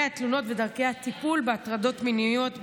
התלונות ודרכי הטיפול בהטרדות מיניות בארגון.